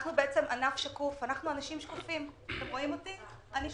אנחנו ענף שקוף, אנשים שקופים, אני שקופה.